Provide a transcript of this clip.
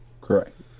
Correct